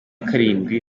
karindwi